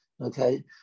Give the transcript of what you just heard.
Okay